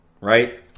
Right